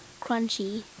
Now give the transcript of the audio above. Crunchy